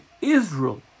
Israel